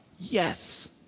yes